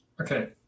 Okay